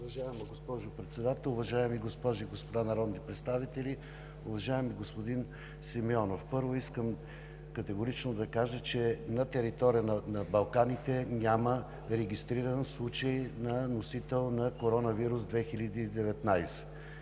Уважаема госпожо Председател, уважаеми госпожи и господа народни представители! Уважаеми господин Симеонов, първо, искам категорично да кажа, че на територията на Балканите няма регистрирани случаи на носител на коронавирус 2019.